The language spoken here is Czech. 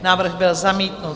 Návrh byl zamítnut.